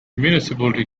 municipality